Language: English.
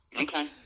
okay